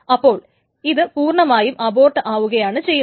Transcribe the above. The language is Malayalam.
അപ്പോൾ ഇത് പൂർണ്ണമായും അബോട്ട് ആവുകയാണ് ചെയ്യുന്നത്